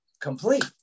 complete